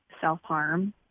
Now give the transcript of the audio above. self-harm